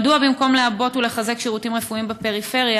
2. מדוע במקום לעבות ולחזק שירותים רפואיים בפריפריה,